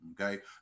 okay